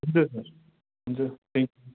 हुन्छ सर हुन्छ thank you